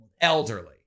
Elderly